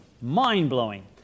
mind-blowing